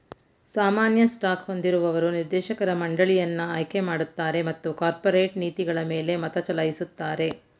ಸಾಮಾನ್ಯ ಸ್ಟಾಕ್ ಹೊಂದಿರುವವರು ನಿರ್ದೇಶಕರ ಮಂಡಳಿಯನ್ನ ಆಯ್ಕೆಮಾಡುತ್ತಾರೆ ಮತ್ತು ಕಾರ್ಪೊರೇಟ್ ನೀತಿಗಳಮೇಲೆ ಮತಚಲಾಯಿಸುತ್ತಾರೆ